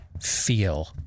feel